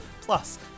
Plus